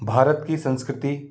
भारत की संस्कृति